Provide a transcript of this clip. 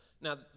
Now